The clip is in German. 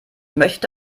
möchte